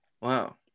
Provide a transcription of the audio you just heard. wow